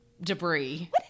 debris